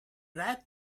red